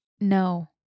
No